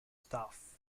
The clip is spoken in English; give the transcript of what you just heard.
staff